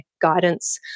guidance